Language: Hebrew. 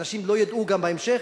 ואנשים לא ידעו גם בהמשך,